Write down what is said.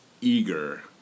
eager